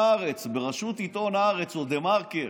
בראשות עיתון הארץ או דה-מרקר,